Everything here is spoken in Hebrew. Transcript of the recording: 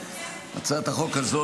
הצעת החוק הזאת,